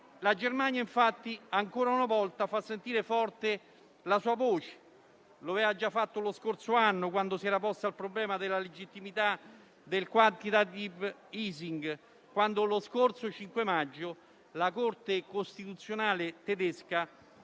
La Germania infatti, ancora una volta, fa sentire forte la sua voce. Lo aveva già fatto lo scorso anno, quando si era posta il problema della legittimità del *quantitative easing*, quando lo scorso 5 maggio la Corte costituzionale tedesca